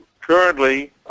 currently